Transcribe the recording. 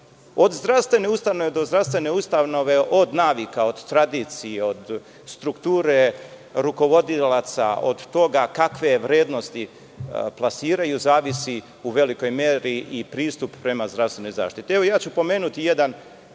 zdravstvene ustanove do zdravstvene ustanove, od navika, od tradicije, od sturkture rukovodilaca, od toga kakve je vrednosti plasiraju, zavisi u velikoj meri i pristupa prema zdravstvenoj zaštiti.